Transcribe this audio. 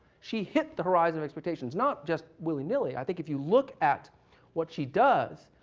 she hit the horizon of expectations, not just willy-nilly. i think if you look at what she does,